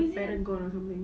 the or something